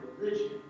religion